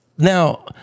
Now